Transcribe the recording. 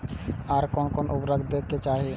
आर कोन कोन उर्वरक दै के चाही?